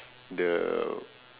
the